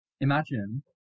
Imagine